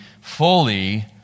fully